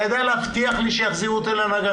אתה יודע להבטיח לי שיחזירו אותי לנגרייה?